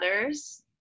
others